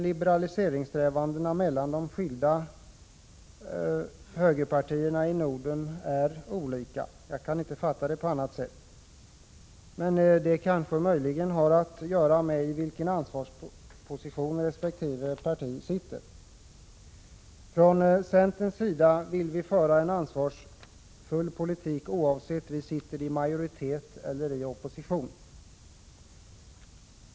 Liberaliseringssträvandena inom de skilda högerpartierna i Norden förefaller vara olika — jag kan inte fatta det på annat sätt. Men det kanske har att göra med vilken ansvarsposition resp. parti har. Från centerns sida vill vi föra en ansvarsfull politik, oavsett om vi sitter i majoritet eller i opposition.